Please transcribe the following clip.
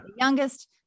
youngest